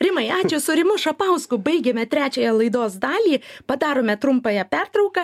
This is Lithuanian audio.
rimai ačiū su rimu šapausku baigėme trečiąją laidos dalį padarome trumpąją pertrauką